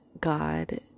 God